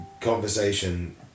...conversation